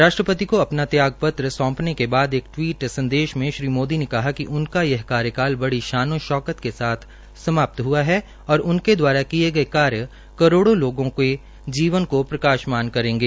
राष्ट्रपति को अपना त्याग पत्र सोंपने के बाद एक ट्वीट संदेश में श्री मोदी ने कहा कि उनका यह कार्यकाल बड़ी शानो शौकत के साथ समाप्त हुआ है और उनके द्वारा किए गए कार्य करोड़ों लोगों के जीवन को प्रकाशमान करेंगे